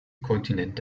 kontinent